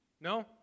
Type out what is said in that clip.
No